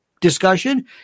discussion